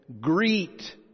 greet